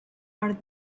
are